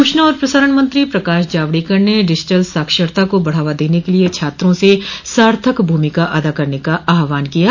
सूचना और प्रसारण मंत्री प्रकाश जावड़ेकर ने डिजिटल साक्षरता को बढ़ावा देने के लिए छात्रों से सार्थक भूमिका अदा करने का आह्वान किया है